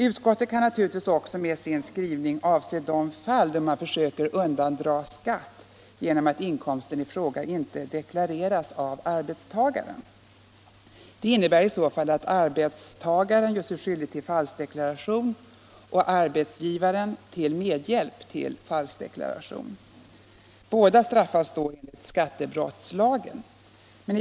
Utskottet kan naturligtvis också med sin skrivning avse det fall då man söker undandra skatt genom att inkomsten i fråga inte deklareras av arbetstagaren. Det innebär att arbetstagaren gör sig skyldig till falskdeklaration och arbetsgivaren till medhjälp till falskdeklaration. Båda straffas då enligt skattebrottslagen.